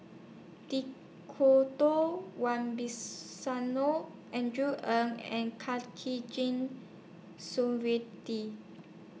Djoko Wibisono Andrew Ang and Khatijah Surattee